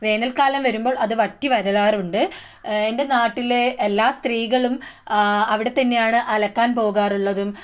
വേനൽക്കാലം വരുമ്പോൾ അത് വറ്റി വരളാറുണ്ട് എൻ്റെ നാട്ടിലെ എല്ലാ സ്ത്രീകളും അവിടെത്തന്നെയാണ് അലക്കാൻ പോകാറുള്ളതും